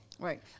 Right